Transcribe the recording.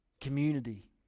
community